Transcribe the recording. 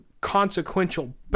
consequential